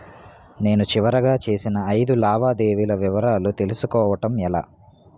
నేను చివరిగా చేసిన ఐదు లావాదేవీల వివరాలు తెలుసుకోవటం ఎలా?